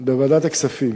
בוועדת הכספים,